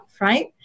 right